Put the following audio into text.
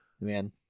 Man